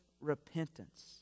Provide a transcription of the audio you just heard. repentance